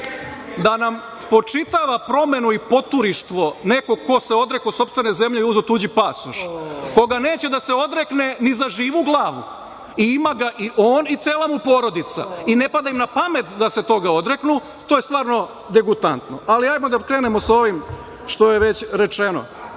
nam spočitava promenu i poturištvo neko ko se odrekao sopstvene zemlje i uzeo tuđi pasoš, koga neće da se odrekne ni za živu glavu i ima ga i on i cela mu porodica i ne pada im na pamet da se toga odreknu, to je stvarno degutantno. Ali, ajmo da krenemo sa ovim što je već rečeno.